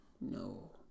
no